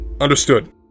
Understood